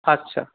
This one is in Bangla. আচ্ছা